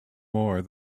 more